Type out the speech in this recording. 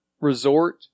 resort